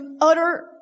utter